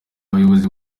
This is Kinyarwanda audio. bayobozi